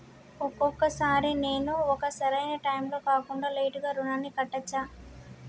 ఒక్కొక సారి నేను ఒక సరైనా టైంలో కాకుండా లేటుగా రుణాన్ని కట్టచ్చా?